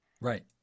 Right